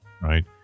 right